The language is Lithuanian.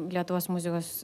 lietuvos muzikos